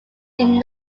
did